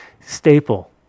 staple